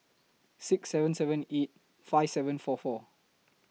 six seven seven eight five seven four four